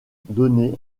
donné